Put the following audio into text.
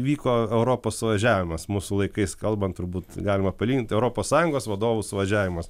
vyko europos suvažiavimas mūsų laikais kalban turbūt galima palygint europos sąjungos vadovų suvažiavimas